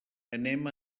anem